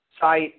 site